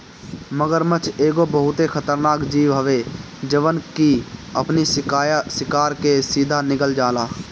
मगरमच्छ एगो बहुते खतरनाक जीव हवे जवन की अपनी शिकार के सीधा निगल जाला